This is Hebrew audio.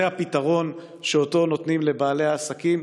זה הפתרון שאותו נותנים לבעלי העסקים.